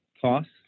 costs